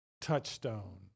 touchstone